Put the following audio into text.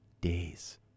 days